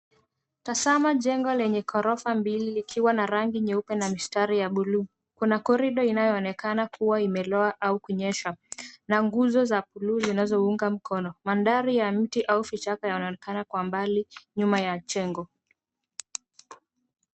Tazama jengo lenye gorofa mbili likiwa na rangi nyeupe na mistari ya bluu. Kuna corridor inayoonekana kuwa imelowa au kunyesha na nguzo za bluu zinazounga mkono. Mandhari ya mti au vichaka inaonekana kwa mbali nyuma ya jengo.